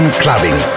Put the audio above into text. clubbing